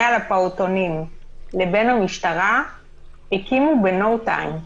על הפעוטונים לבין המשטרה הקימו ב-no time.